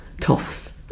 toffs